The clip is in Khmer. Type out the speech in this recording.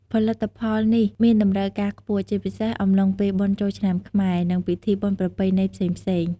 ផលិតផលនេះមានតម្រូវការខ្ពស់ ជាពិសេសអំឡុងពេលបុណ្យចូលឆ្នាំខ្មែរ និងពិធីបុណ្យប្រពៃណីផ្សេងៗ។